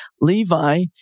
Levi